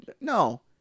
No